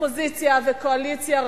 אופוזיציה וקואליציה,